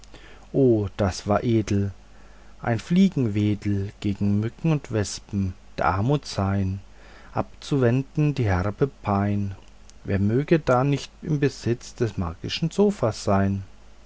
oh das war edel ein fliegenwedel gegen mücken und wespen der armut sein abzuwenden die herbe pein wer möchte da nicht im besitz des magischen sofas sein